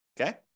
Okay